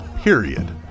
period